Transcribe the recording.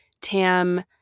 Tam